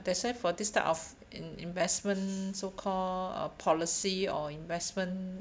that's why for this type in~ investment so called uh policy or investment